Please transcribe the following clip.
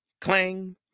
Clang